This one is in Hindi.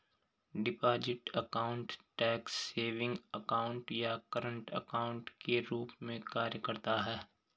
deposit account tax savings account या करंट अकाउंट के रूप में कार्य करता है